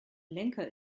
lenker